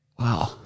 Wow